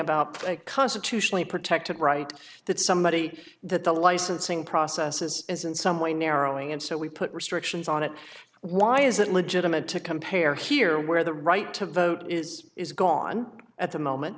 about a constitutionally protected right that somebody that the licensing processes is in some way narrowing and so we put restrictions on it why is it legitimate to compare here where the right to vote is is gone at the moment